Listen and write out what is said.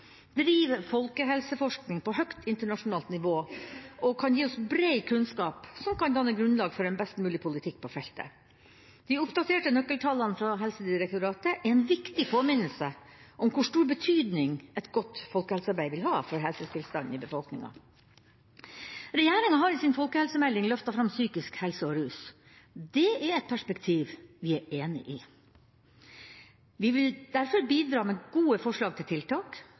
driver folkehelseforskning på høyt internasjonalt nivå og kan gi oss bred kunnskap som kan danne grunnlag for en best mulig politikk på feltet. De oppdaterte nøkkeltallene fra Helsedirektoratet er en viktig påminnelse om hvor stor betydning et godt folkehelsearbeid vil ha for helsetilstanden i befolkninga. Regjeringa har i sin folkehelsemelding løftet fram psykisk helse og rus. Det er et perspektiv vi er enig i. Vi vil derfor bidra med gode forslag til tiltak